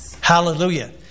Hallelujah